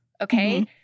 okay